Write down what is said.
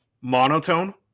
monotone